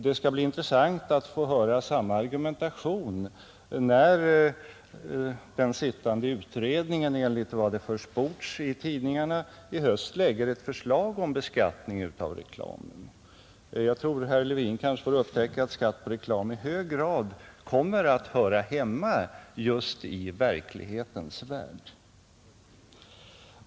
Det skall bli intressant att få höra samma argumentation när den sittande utredningen enligt vad som försports i tidningarna i höst lägger fram ett förslag om beskattning av reklam. Jag tror att herr Levin kanske får upptäcka att skatt på reklam i hög grad kommer att höra hemma just i verklighetens värld.